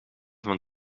van